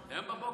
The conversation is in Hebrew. זה היום בבוקר,